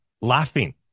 laughing